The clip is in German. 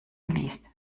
geleast